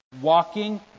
walking